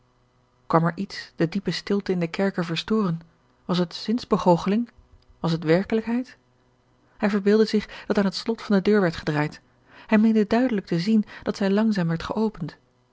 kwam er iets de diepe stilte in den kerker verstoren was het zinsbegoocheling was het werkelijkheid hij verbeeldde zich dat aan het slot van de deur werd gedraaid hij meende duidelijk te zien dat zij langzaam werd geopend